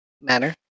manner